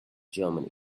germany